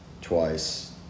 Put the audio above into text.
twice